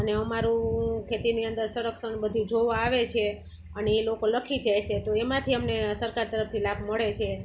અને અમારું ખેતીની અંદર સરક્ષણ બધુ જોવા આવે છે અને એ લોકો લખી જાય છે તો એમાંથી અમને સરકાર તરફથી લાભ મળે છે